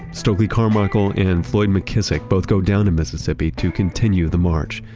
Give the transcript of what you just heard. stokely carmichael and floyd mckissick both go down to mississippi to continue the march.